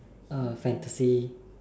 uh fantasy